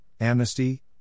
Amnesty